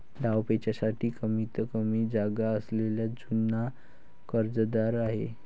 डावपेचांसाठी कमीतकमी जागा असलेला जुना कर्जदार आहे